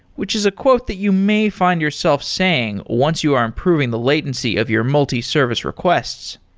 which is a quote that you may find yourself saying once you are improving the latency of your multi-service requests